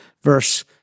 verse